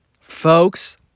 Folks